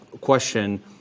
question